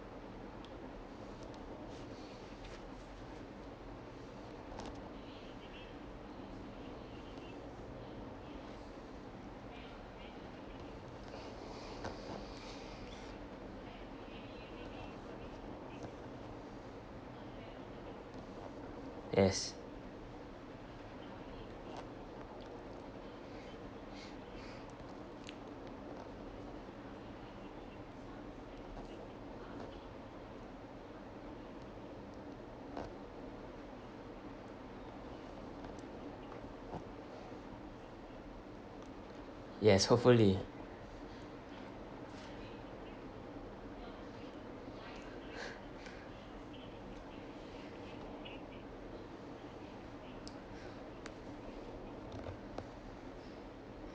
yes yes hopefully